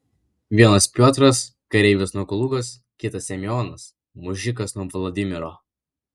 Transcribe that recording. vienas piotras kareivis nuo kalugos kitas semionas mužikas nuo vladimiro